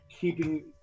keeping